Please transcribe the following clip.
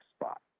spot